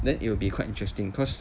then it will be quite interesting cause